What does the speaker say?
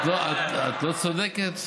את לא צודקת.